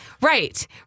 right